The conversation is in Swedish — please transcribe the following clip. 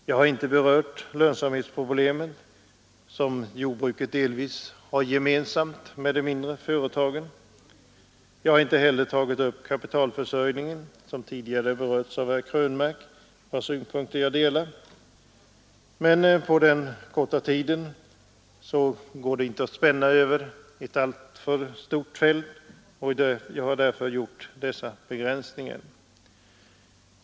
Jag har inte berört lönsamhetsproblemet, som jordbruket delvis har gemensamt med annan mindre företagsamhet. Jag har inte heller tagit upp kapitalförsörjningen, som tidigare berörts av herr Krönmark, vars synpunkter jag delar, På den korta tiden går det inte att svepa över ett alltför stort fält, och jag har därför gjort dessa begränsningar.